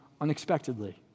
unexpectedly